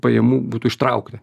pajamų būtų ištraukta